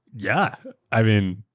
yeah, i mean,